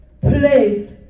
place